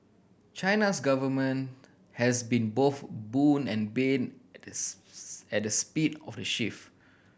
China's government has been both boon and bane the speed of the shift